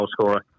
goalscorer